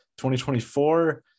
2024